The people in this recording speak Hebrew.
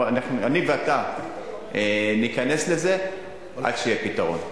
אני ואתה ניכנס לזה עד שיהיה פתרון.